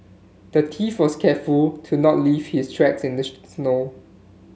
the thief was careful to not leave his tracks in the snow